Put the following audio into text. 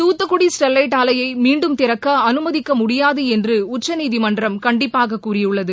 Thoothukudi Sterlite ஆலையை மீண்டும் திறக்க அனுமதிக்க முடியாது என்று உச்சநீதிமன்றம் கண்டிப்பாக கூறியுள்ளது